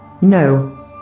No